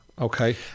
Okay